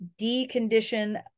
decondition